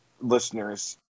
listeners